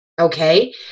Okay